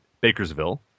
Bakersville